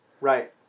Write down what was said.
Right